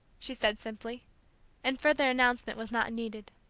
she said simply and further announcement was not needed.